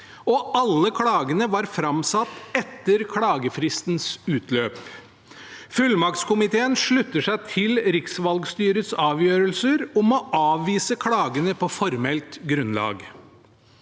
og alle klagene var framsatt etter klagefristens utløp. Fullmaktskomiteen slutter seg til riksvalgstyrets avgjørelser om å avvise klagene på formelt grunnlag.